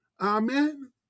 Amen